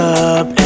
up